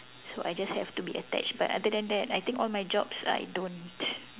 so I just have to be attached but other than that I don't